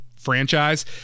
franchise